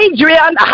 Adrian